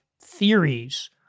theories